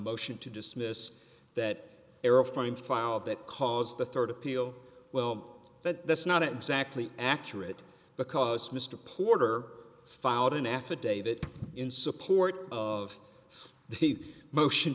motion to dismiss that terrifying file that caused the third appeal well that that's not exactly accurate because mr porter filed an affidavit in support of the motion